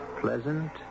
pleasant